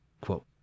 Quote